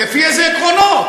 לפי איזה עקרונות?